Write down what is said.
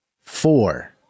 four